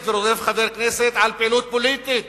ורודף חבר כנסת על פעילות פוליטית,